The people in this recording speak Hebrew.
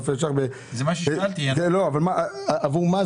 זה צריך להיות בבסיס התקציב וזה מה שראוי